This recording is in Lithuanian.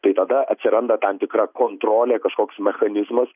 tai tada atsiranda tam tikra kontrolė kažkoks mechanizmas